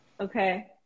okay